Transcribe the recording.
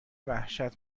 وحشت